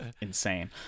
insane